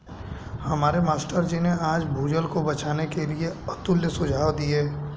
हमारे मास्टर जी ने आज भूजल को बचाने के लिए अतुल्य सुझाव दिए